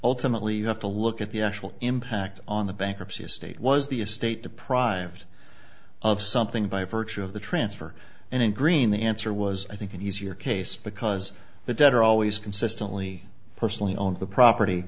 ultimately you have to look at the actual impact on the bankruptcy estate was the estate deprived of something by virtue of the transfer and in green the answer was i think an easier case because the debtor always consistently personally owned the property